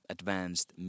Advanced